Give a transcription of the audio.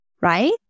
right